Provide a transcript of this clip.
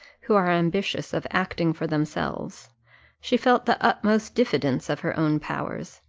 who are ambitious of acting for themselves she felt the utmost diffidence of her own powers,